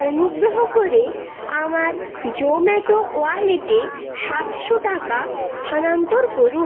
অনুগ্রহ করে আমার জোম্যাটো ওয়ালেটে সাতশো টাকা স্থানান্তর করুন